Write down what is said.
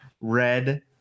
red